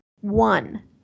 One